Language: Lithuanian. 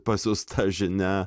pasiųsta žinia